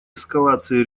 эскалации